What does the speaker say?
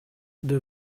the